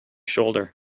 shoulder